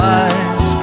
eyes